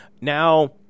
now